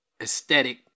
aesthetic